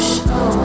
show